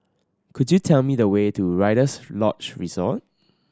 could you tell me the way to Rider's Lodge Resort